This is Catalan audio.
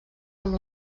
com